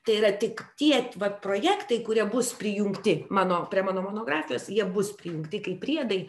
tai yra tik tie vat projektai kurie bus prijungti mano prie mano monografijos jie bus prijungti kaip priedai